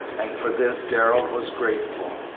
and for this darrell was grateful.